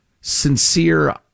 sincere